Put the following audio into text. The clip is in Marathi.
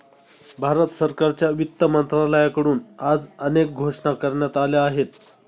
भारत सरकारच्या वित्त मंत्रालयाकडून आज अनेक घोषणा करण्यात आल्या आहेत